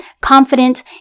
confident